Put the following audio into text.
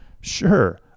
Sure